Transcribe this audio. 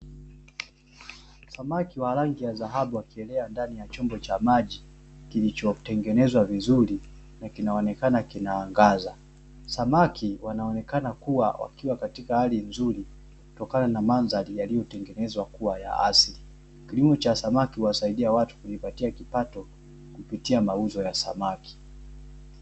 Samaki wa rangi ya dhahabu wakiwa wakielea ndani ya chombo cha maji kilichotengenezwa vizuri na kinaonekana kinaangaza, samaki wanaonekana kuwa wakiwa katika hali nzuri kutokana madhari yaliyo tengenezwa kua ya asili. Kilimo cha samaki huwasaidia watu kujipatia kipato kupitia mauzo ya samaki.